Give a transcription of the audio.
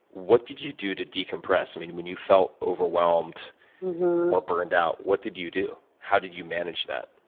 what did you do to decompress? i mean, when you felt overwhelmed or burned out, what did you do? how did you manage that?